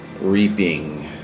reaping